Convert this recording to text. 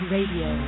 Radio